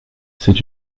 c’est